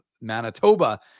Manitoba